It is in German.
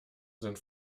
sind